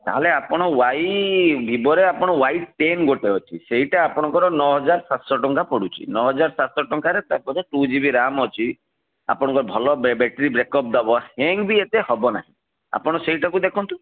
ତାହେଲେ ଆପଣ ୱାଇ ଭିବୋରେ ଆପଣ ୱାଇ ଟେନ୍ ଗୋଟେ ଅଛି ସେଇଟା ଆପଣଙ୍କର ନଅହଜାର ସାତଶହ ଟଙ୍କା ପଡ଼ୁଛି ନଅହଜାର ସାତଶହ ଟଙ୍କାରେ ତା'ପରେ ଟୁ ଜିବି ରେମ୍ ଅଛି ଆପଣଙ୍କର ଭଲ ବେଟ୍ରି ବେକ୍ଅପ୍ ଦେବ ହେଙ୍ଗ୍ ବି ଏତେ ହେବ ନାହିଁ ଆପଣ ସେଇଟାକୁ ଦେଖନ୍ତୁ